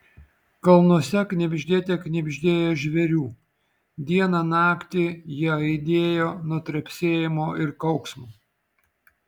kalnuose knibždėte knibždėjo žvėrių dieną naktį jie aidėjo nuo trepsėjimo ir kauksmo